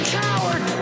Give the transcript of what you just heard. coward